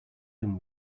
them